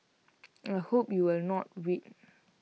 I hope you will not wait